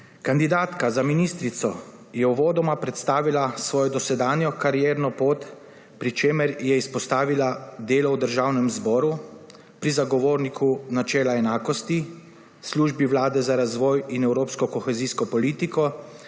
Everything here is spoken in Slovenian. Kandidatka za ministrico je uvodoma predstavila svojo dosedanjo karierno pot, pri čemer je izpostavila delo v Državnem zboru, pri Zagovorniku načela enakosti, Službi Vlade za razvoj in evropsko kohezijsko politiko